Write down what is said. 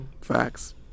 facts